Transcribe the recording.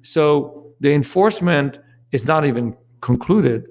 so the enforcement is not even concluded,